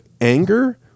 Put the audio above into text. anger